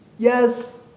Yes